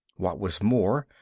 what was more,